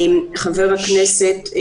-- חבר הכנסת,